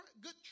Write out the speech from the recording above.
good